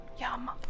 Yum